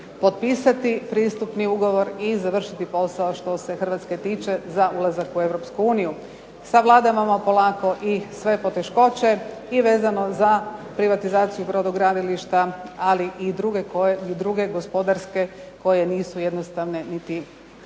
potpisati pristupni ugovor i završiti posao što se Hrvatske tiče za ulazak u Europsku uniju. Savladavamo polako i sve poteškoće i vezano za privatizaciju brodogradilišta, ali i druge gospodarske koje nisu jednostavne niti lake.